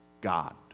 God